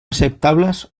acceptables